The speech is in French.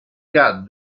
cas